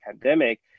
pandemic